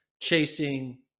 chasing